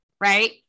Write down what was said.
right